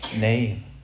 name